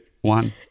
one